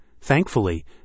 Thankfully